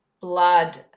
blood